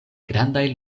grandaj